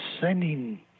sending